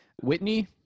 Whitney